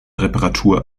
reparatur